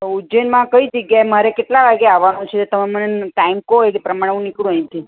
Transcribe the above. તો ઉજ્જૈનમાં કઈ જગ્યાએ મારે કેટલા વાગે આવાનું છે તમે મને ટાઈમ કહો એ પ્રમાણે હું નિકળું અહીંથી